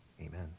amen